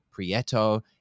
Prieto